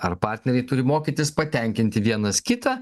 ar partneriai turi mokytis patenkinti vienas kitą